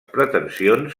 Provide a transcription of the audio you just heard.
pretensions